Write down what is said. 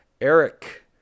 Eric